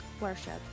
worship